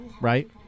right